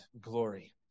glory